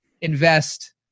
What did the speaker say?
invest